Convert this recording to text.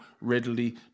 readily